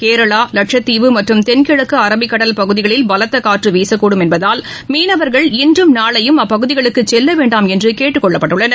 கேரளா லட்சத்தீவு மற்றும் தென்கிழக்குஅரபிக்கடல் பகுதிகளில் பலத்தகாற்றுவீசக்கூடும் என்பதால் மீனவர்கள் இன்றும் நாளையும் அப்பகுதிகளுக்குசெல்லவேண்டாம் என்றுகேட்டுக்கொள்ளப்பட்டுள்ளனர்